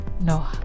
no